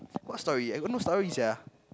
what story I got no story sia